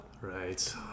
right